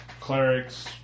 clerics